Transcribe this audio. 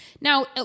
now